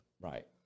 Right